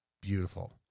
beautiful